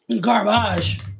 Garbage